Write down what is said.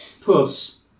Plus